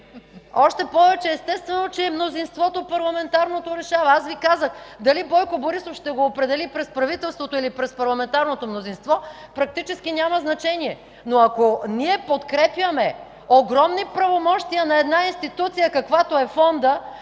Още повече, естествено, че парламентарното мнозинство решава. Аз Ви казах: дали Бойко Борисов ще го определи през правителството или през парламентарното мнозинство, практически няма значение. Ако ние обаче подкрепяме огромни правомощия на институция, каквато е Фондът,